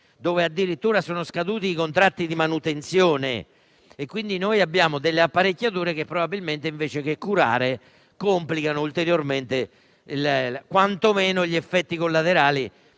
sono addirittura scaduti i contratti di manutenzione. Quindi abbiamo delle apparecchiature che, probabilmente, invece che curare, complicano ulteriormente gli effetti collaterali